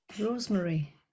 rosemary